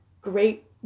great